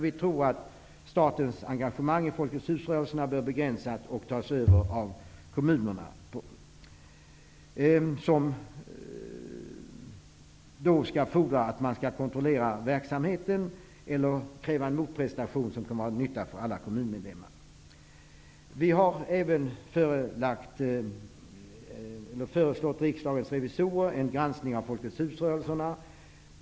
Vi tror att statens engagemang i Folkets hus-rörelsen bör begränsas och tas över av kommunerna, som då skall fordra att de får kontrollera verksamheten eller kräva en motprestation till nytta för alla kommunmedlemmar. Vi har föreslagit att riksdagens revisorer skall granska Folkets hus-rörelsen.